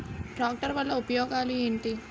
Tractor వల్ల ఉపయోగాలు ఏంటీ?